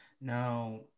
now